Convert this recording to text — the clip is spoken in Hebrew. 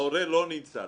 ההורה לא נמצא,